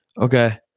Okay